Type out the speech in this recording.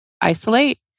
isolate